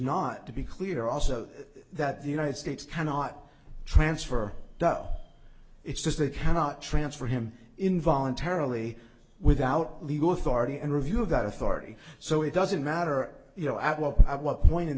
not to be clear also that the united states cannot transfer though it's just they cannot transfer him in voluntarily without legal authority and review of that authority so it doesn't matter you know at what i what point in